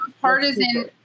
Partisan